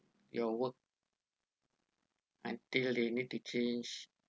your work I think they need to change